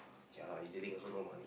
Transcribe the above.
jialat E_Z-Link also no money